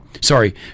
sorry